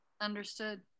Understood